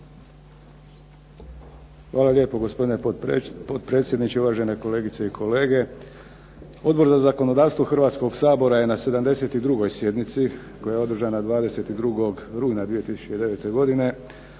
Hvala lijepo gospodine potpredsjedniče, uvažene kolegice i kolege. Odbor za zakonodavstvo Hrvatskog sabora je na 72. sjednici koja je održana 22. rujna 2009. godine